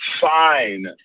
Fine